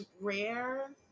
rare